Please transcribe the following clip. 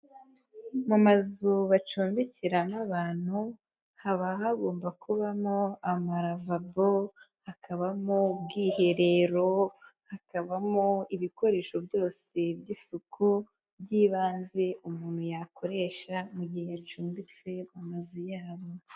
Mu mazu bacumbikiramo abantu haba hagomba kubamo amaravabo, hakabamo ubwiherero, hakabamo ibikoresho byose by'isuku by'ibanze umuntu yakoresha mu gihe acumbitse mu mazu yabo.